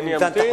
אני אמתין,